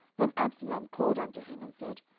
then absalom called unto him, and said,